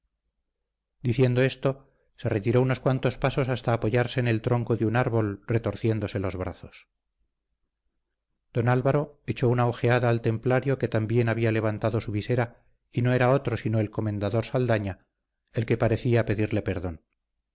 diciendo esto se retiró unos cuantos pasos hasta apoyarse en el tronco de un árbol retorciéndose los brazos don álvaro echó una ojeada al templario que también había levantado su visera y no era otro sino el comendador saldaña el que parecía pedirle perdón